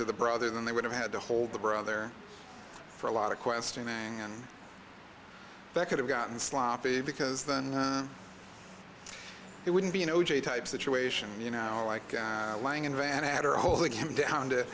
to the brother then they would have had to hold the brother for a lot of questions and they could have gotten sloppy because then it wouldn't be an o j type situation you know like lange and van had are holding him down to